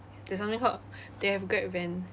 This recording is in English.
there's only h~ they have grab van